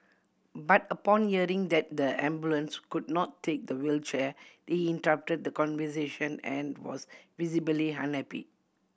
but upon hearing that the ambulance could not take the wheelchair he interrupted the conversation and was visibly unhappy